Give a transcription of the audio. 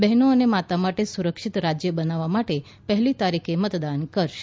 બહેનો અને માતા માટે સુરક્ષિત રાજ્ય બનાવવા માટે પહેલી તારીખે મતદાન કરશે